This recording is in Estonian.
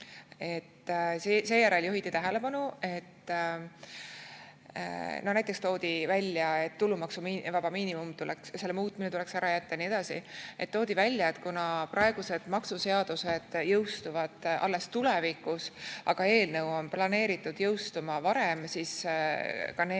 Seejärel juhiti tähelepanu sellele, et tulumaksuvaba miinimumi muutmine tuleks ära jätta ja nii edasi. Toodi välja, et kuna praegused maksuseadused jõustuvad alles tulevikus, aga eelnõu on planeeritud jõustuma varem, siis ka need